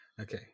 Okay